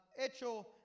hecho